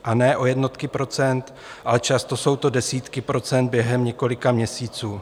A ne o jednotky procent, ale často jsou to desítky procent během několika měsíců.